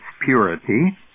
purity